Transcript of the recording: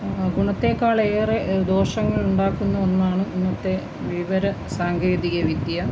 ഗുണത്തെക്കാളേറെ ദോഷങ്ങളുണ്ടാക്കുന്ന ഒന്നാണ് ഇന്നത്തെ വിവര സാങ്കേതിക വിദ്യ